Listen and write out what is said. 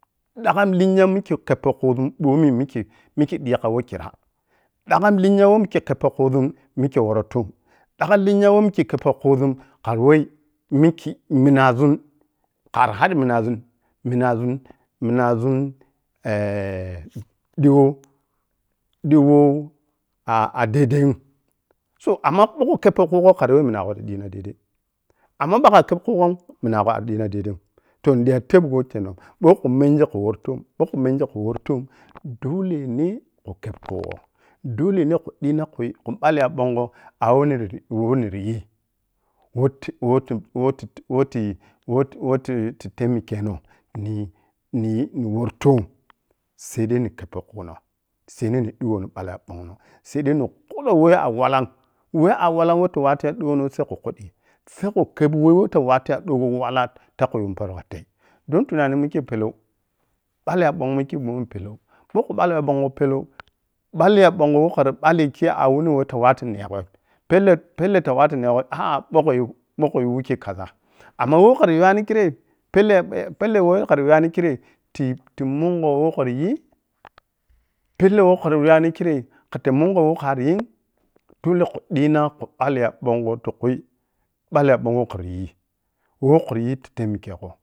Ƌakham linya mikkei khebpo khuzun bomi mikkei mikkei dgi kha weh khira dagham linga weh mikke khebpi khuzun mikke woro toom, dagham lonya weh mikke khebpo khuzun khari woi mikkei mina zun khara haddigi minazur minazun-minazun khi duwo duwou a’a dai daim so, amma bou khu khebpo khugho khara weh minagho ti dii na dai dai amma makha kheb khughom mina gho arri diina dai dai’m toh nidiya tebgho tenou bou khu mengi khu wortoom bou khumengi khu wortoom dole neh khu kheb khugho, dole neh khu diina khui yi khum balli ya ɓongho awumati waj niryii woh ti-who ti-wohti-wohti-wohti-titi-wo-tii-woti, ti taimikeno ninyii, ninyi nin worri toom saidai nin khebpo khuno, saidai ni diiwu ni ɓali ya ɓonghnoh, sadai ni kudau weham wallam, weh a’wallam woh woh awallam wattu ya dono sai khu kuddii sai ku khebi woh tah ta wattu kha, ya dogho wala takhum poro ida tei don tu nani mikei pellou ɓalli ya ɓongmun i kei mun pellou ɓou khu ɓallou ya bon gho pellou, ɓalli ya bongho woh kobari, balli kei a’wuni woh a’wattun ne gho pelle-pelle tah wattun negho bou kho yu, ɓou kho yu wikkei kaza amma woh khari yuwani khire pelle-pelle wohkha niyii? Pele kokkhai neyuwani kei kate mungho weh khari yiim dola khu diina khu ɓalli ya ɓong gho tik hui, balli ya ɓongho khriyi who khriyi ti temgegho